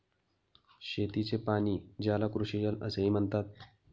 शेतीचे पाणी, ज्याला कृषीजल असेही म्हणतात